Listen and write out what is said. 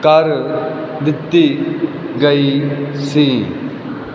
ਕਰ ਦਿੱਤੀ ਗਈ ਸੀ